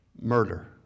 murder